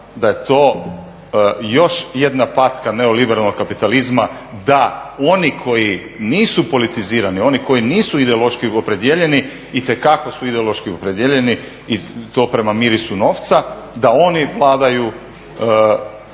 da je to još jedna patka neoliberalnog kapitalizma da oni koji nisu politizirani, oni koji nisu ideološki opredijeljeni itekako su ideološki opredijeljeni i to prema mirisu novca. Da oni vladaju